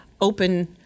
open